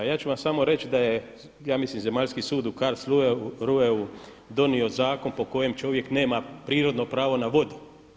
A ja ću vam samo reći da je ja mislim zemaljski sud u Karlsruheu donio zakon po kojem čovjek nema prirodno pravo na vodu.